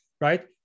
right